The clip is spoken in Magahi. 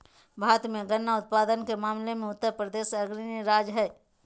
भारत मे गन्ना उत्पादन के मामले मे उत्तरप्रदेश अग्रणी राज्य हय